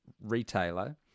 retailer